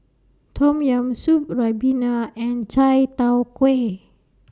Tom Yam Soup Ribena and Chai Tow Kway